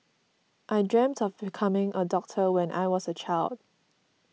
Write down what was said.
I dreamt of becoming a doctor when I was a child